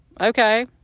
Okay